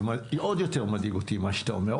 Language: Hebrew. עוד יותר מדאיג אותי מה שאתה אומר,